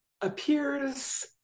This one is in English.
appears